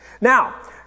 Now